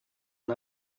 and